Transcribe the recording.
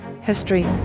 history